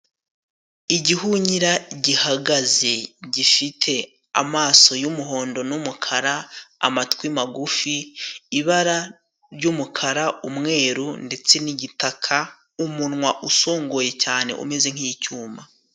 Igihunyira gihagaze, gifite amaso yumuhondo n'umukara amatwi magufi, ibara ry'umukara, umweru ndetse ngitaka, umunwa usongoye cyane umeze nk'icyuma.